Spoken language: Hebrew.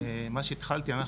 כמו שהתחלתי,